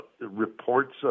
reports